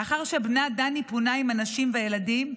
לאחר שבנה דני פונה עם הנשים והילדים,